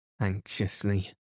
anxiously